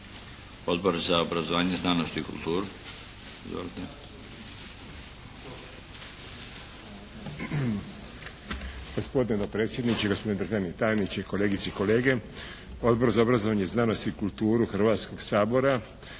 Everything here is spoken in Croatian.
Odbor za obrazovanje i znanost i kulturu Hrvatskog sabora